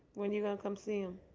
when you gonna go um see him?